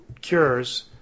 cures